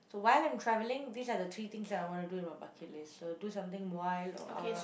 so while I'm travelling these are the three things that I want to do in my bucket list so do something wild or